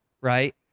right